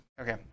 Okay